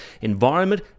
environment